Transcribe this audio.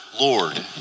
Lord